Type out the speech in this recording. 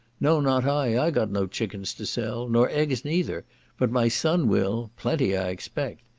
no not i i got no chickens to sell, nor eggs neither but my son will, plenty i expect.